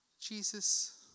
Jesus